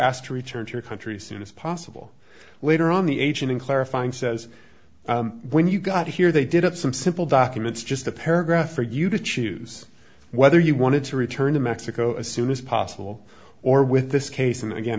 asked to return to your country soon as possible later on the agent in clarifying says when you got here they did have some simple documents just a paragraph for you to choose whether you wanted to return to mexico as soon as possible or with this case and